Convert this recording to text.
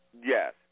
Yes